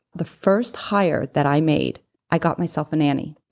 the first hire that i made i got myself a nanny,